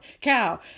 Cow